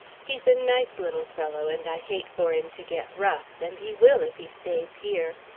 he's a nice little fellow and i hate for him to get rough and he will if he stays here.